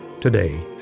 today